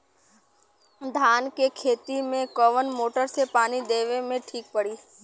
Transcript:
धान के खेती मे कवन मोटर से पानी देवे मे ठीक पड़ी?